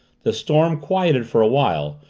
the storm, quieted for a while,